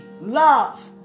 love